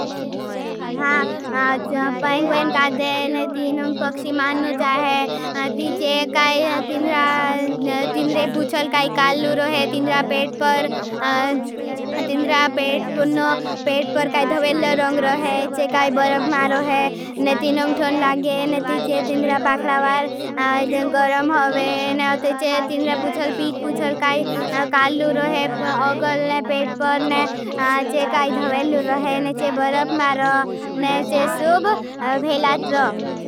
पैंग्वेन काजे ने तीनंग पक्षी माननो चाहे। तीछे काई तीन्द्रे पुछल काई काल्लू रोहे तीन्द्रा पेट पर तीन्द्रा पेट पर काई धवेल्ल रंग रोहे चे। काई बरफ मारोहे तीनंग तोन लागे। तीछे तीनंद्रा पाँशदा वार गरम होगे। तीछे तीछे तीन्द्रे पुछल पीट पुछल काई काल्लू रोहे। औगल ने पेट पर ने तीछे काई धवेल्ल रोहे ने चे। बरफ मारो ने चे सूब भेलात्रो।